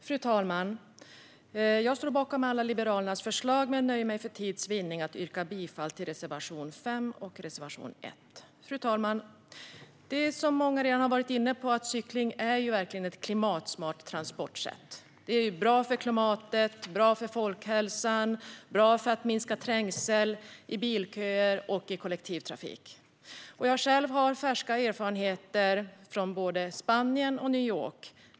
Fru talman! Jag står bakom alla Liberalernas förslag men nöjer mig för tids vinnande med att yrka bifall till reservation 5 och reservation 1. Fru talman! Som många redan har varit inne på är cykling verkligen ett klimatsmart transportsätt. Det är bra för klimatet, bra för folkhälsan och bra för att minska trängsel i bilköer och kollektivtrafik. Jag har själv färska erfarenheter från både Spanien och New York.